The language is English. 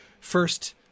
first